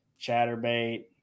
chatterbait